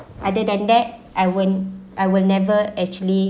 other than that I won't I will never actually